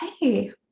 hey